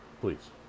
please